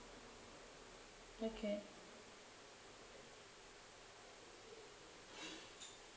okay